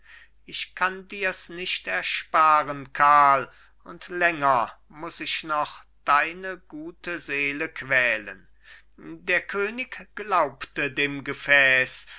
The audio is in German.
ich kann dirs nicht ersparen karl und länger muß ich noch deine gute seele quälen der könig glaubte dem gefäß